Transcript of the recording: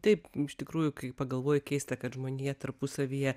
taip iš tikrųjų kai pagalvoji keista kad žmonija tarpusavyje